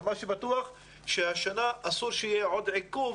אבל בטוח שהשנה אסור שיהיה עוד עיכוב